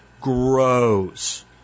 grows